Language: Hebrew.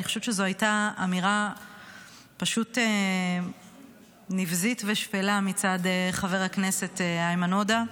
אני חושבת שזו הייתה אמירה פשוט נבזית ושפלה מצד חבר הכנסת איימן עודה.